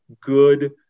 good